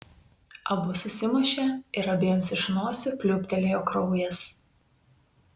abu susimušė ir abiems iš nosių pliūptelėjo kraujas